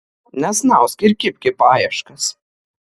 nesnausk ir kibk į paieškas